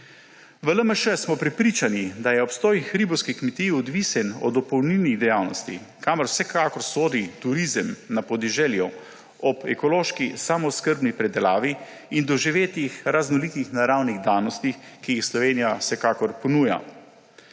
V LMŠ smo prepričani, da je obstoj hribovskih kmetij odvisen od dopolnilnih dejavnost, kamor vsekakor sodi turizem na podeželju ob ekološki samooskrbni pridelavi in doživetjih raznolikih naravnih danostih, ki jih Slovenija vsekakor ponuja.